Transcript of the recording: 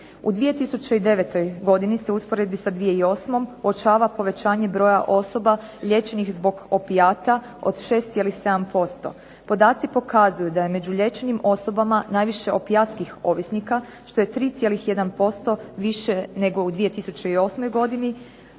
U 2009. godini se u usporedbi sa 2008. uočava povećanje broja osoba liječenih zbog opijata od 6,7%. Podaci pokazuju da je među liječenim osobama najviše opijatskih ovisnika što je 3,1% više nego u 2008. godini,